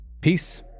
Peace